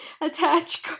attach